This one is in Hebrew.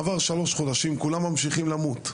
עברו שלושה חודשים, כולם ממשיכים למות.